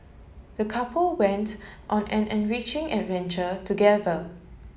the couple went on an enriching adventure together